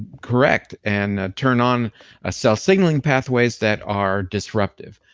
correct, and turn on ah cell signaling pathways that are disruptive.